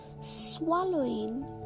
swallowing